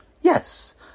Yes